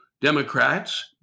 Democrats